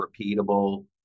repeatable